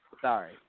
Sorry